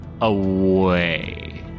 away